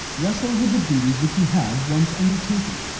wrestle with the duties which you have once undertaken.